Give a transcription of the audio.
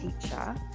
teacher